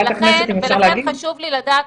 לכן חשוב לי לדעת,